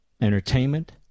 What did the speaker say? entertainment